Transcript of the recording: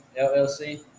llc